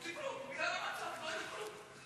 ללא חוקי ואף מוכרז כעבירה?